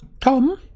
Tom